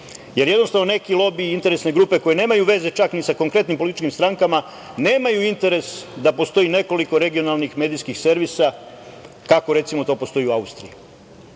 jer jednostavno neki lobiji i interesne grupe koje nemaju veze čak ni sa konkretnim političkim strankama, nemaju interes da postoje nekoliko regionalnih medijskih servisa, kako recimo to postoji u Austriji. Drugo